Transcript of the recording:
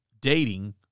dating